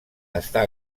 està